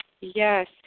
Yes